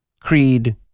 Creed